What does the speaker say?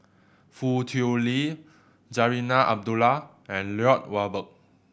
Foo Tui Liew Zarinah Abdullah and Lloyd Valberg